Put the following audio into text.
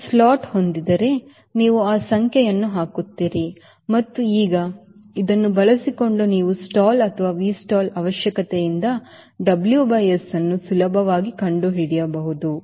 ಇದು ಸ್ಲಾಟ್ ಹೊಂದಿದ್ದರೆ ನೀವು ಆ ಸಂಖ್ಯೆಯನ್ನು ಹಾಕುತ್ತೀರಿ ಮತ್ತು ಈಗ ಇದನ್ನು ಬಳಸಿಕೊಂಡು ನೀವು ಸ್ಟಾಲ್ ಅಥವಾ ವಿಸ್ಟಾಲ್ ಅವಶ್ಯಕತೆಯಿಂದ WSಅನ್ನು ಸುಲಭವಾಗಿ ಕಂಡುಹಿಡಿಯಬಹುದು